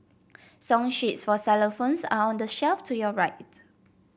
song sheets for xylophones are on the shelf to your right